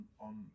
on